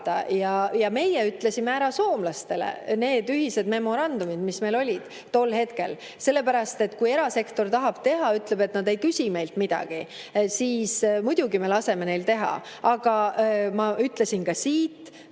Ja meie ütlesime ära soomlastele need ühised memorandumid, mis meil olid tol hetkel. Sellepärast et kui erasektor tahab teha, ütleb, et nad ei küsi meilt midagi, siis muidugi me laseme neil teha. Aga ma ütlesin ka